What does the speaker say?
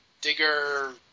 Digger